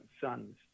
sons